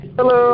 Hello